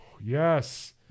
Yes